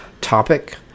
topic